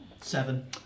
Seven